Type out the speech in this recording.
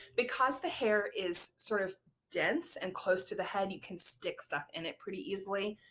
because the hair is sort of dense and close to the head you can stick stuff in it pretty easily.